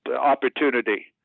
opportunity